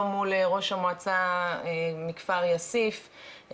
לא מול ראש המועצה מכפר יאסיף,